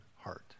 heart